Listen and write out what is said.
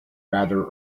rather